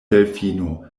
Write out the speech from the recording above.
delfino